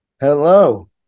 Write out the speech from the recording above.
Hello